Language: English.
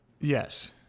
Yes